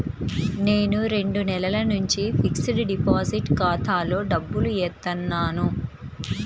నేను రెండు నెలల నుంచి ఫిక్స్డ్ డిపాజిట్ ఖాతాలో డబ్బులు ఏత్తన్నాను